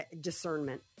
discernment